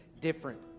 different